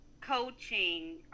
coaching